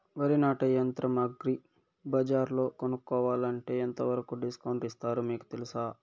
వరి నాటే యంత్రం అగ్రి బజార్లో కొనుక్కోవాలంటే ఎంతవరకు డిస్కౌంట్ ఇస్తారు మీకు తెలుసా?